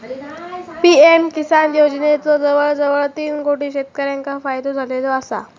PM Kisan योजनेचो जवळजवळ तीन कोटी शेतकऱ्यांका फायदो झालेलो आसा